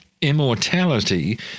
Immortality